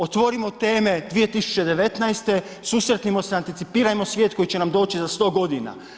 Otvorimo teme 2019., susretnimo se, anticipirajmo svijet koji će nam doći za 100 godina.